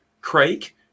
Craig